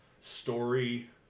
story